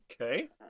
Okay